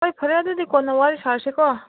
ꯍꯣꯏ ꯐꯔꯦ ꯑꯗꯨꯗꯤ ꯀꯣꯟꯅ ꯋꯥꯔꯤ ꯁꯥꯔꯁꯤꯀꯣ